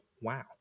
wow